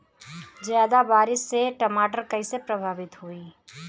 ज्यादा बारिस से टमाटर कइसे प्रभावित होयी?